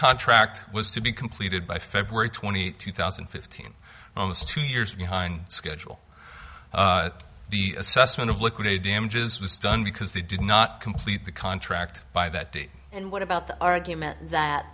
contract was to be completed by february twenty eighth two thousand and fifteen almost two years behind schedule the assessment of liquidated damages was done because they did not complete the contract by that date and what about the argument that